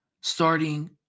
starting